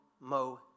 Mo